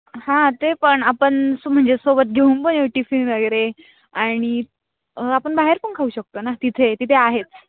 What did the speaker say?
हां ते पण आपण स् म्हणजे सोबत घेऊन पण येऊ टिफिन वगैरे आणि आपण बाहेर पण खाऊ शकतो ना तिथे तिथे आहेच